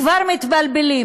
כבר מתבלבלים,